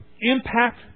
impact